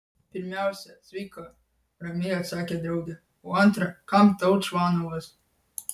pirmiausia sveika ramiai atsakė draugė o antra kam tau čvanovas